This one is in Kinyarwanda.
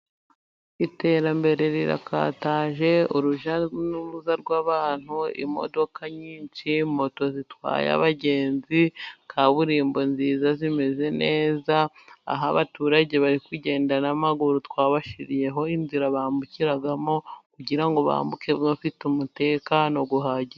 Iterambere rirakataje, urujya n'uruza rw'abantu, imodoka nyinshi, moto zitwaye abagenzi, kaburimbo nziza, zimeze neza, aho abaturage bari kugenda n'amaguru, twabashyiriyeho inzira bambukiramo kugira ngo bambuke abafite umutekano uhagije.